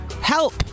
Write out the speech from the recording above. help